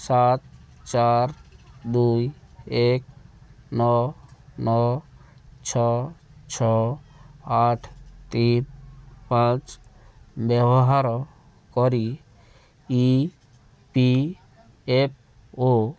ସାତ ଚାର ଦୁଇ ଏକ ନଅ ନଅ ଛଅ ଛଅ ଆଠ ତିନି ପାଞ୍ଚ ବ୍ୟବହାର କରି ଇ ପି ଏଫ୍ ଓ